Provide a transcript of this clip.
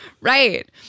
Right